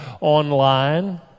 online